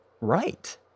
right